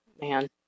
man